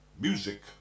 music